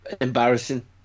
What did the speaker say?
Embarrassing